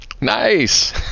Nice